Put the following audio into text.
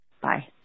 Bye